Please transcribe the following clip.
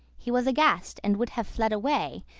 he was aghast, and would have fled away,